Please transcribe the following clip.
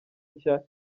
nshya